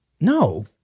no